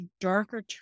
darker